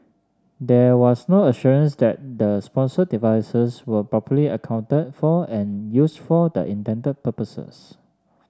there was no assurance that the sponsored devices were properly accounted for and used for the intended purposes